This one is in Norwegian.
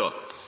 og